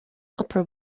upper